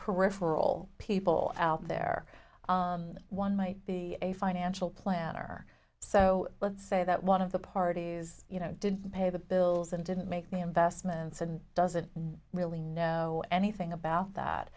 peripheral people out there one might be a financial planner so let's say that one of the parties you know didn't pay the bills and didn't make me investments and doesn't really know anything about that